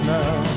now